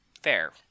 fair